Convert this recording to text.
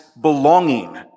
belonging